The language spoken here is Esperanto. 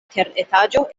teretaĝo